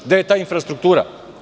Gde je ta infrastruktura?